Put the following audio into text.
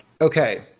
Okay